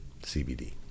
CBD